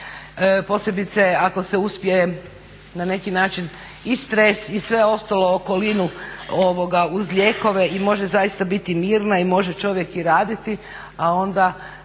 posebice ako se uspije na neki način i stres i sve ostalo, okolinu uz lijekove i može zaista biti mirna i može čovjek i raditi. A onda